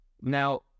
Now